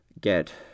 get